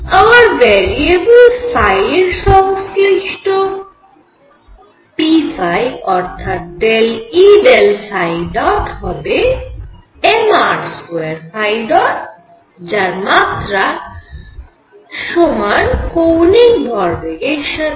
আবার ভ্যারিয়েবল এর সংশ্লিষ্ট p অর্থাৎ ∂E∂ϕ̇ হবে mr2ϕ̇ যার মাত্রা সমান কৌণিক ভরবেগের সাথে